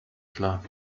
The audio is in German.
klar